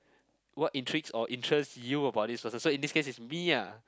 what intrigues or interests you about this person so in this case is me ah